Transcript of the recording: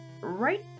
right